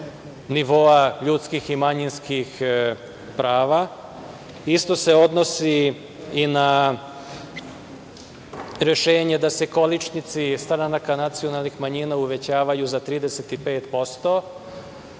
nivoa ljudskih i manjinskih prava. Isto se odnosi i na rešenje da se količnici stranaka nacionalnih manjina uvećavaju za 35%,